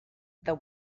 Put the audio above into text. the